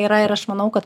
yra ir aš manau kad